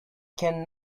can